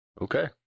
Okay